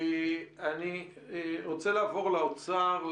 אני רוצה לעבור לאוצר,